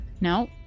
no